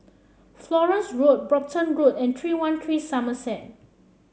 Florence Road Brompton Road and three one three Somerset